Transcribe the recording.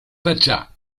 pachá